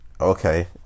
okay